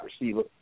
receiver